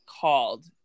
called